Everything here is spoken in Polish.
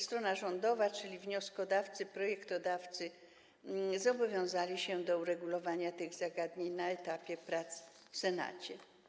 Strona rządowa, czyli wnioskodawcy, projektodawcy zobowiązali się do uregulowania tych zagadnień na etapie prac w Senacie.